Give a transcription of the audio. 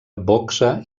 boxa